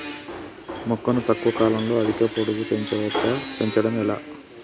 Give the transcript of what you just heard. మొక్కను తక్కువ కాలంలో అధిక పొడుగు పెంచవచ్చా పెంచడం ఎలా?